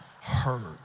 heard